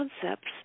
concepts